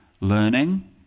learning